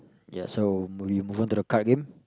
ya so we move on to the card game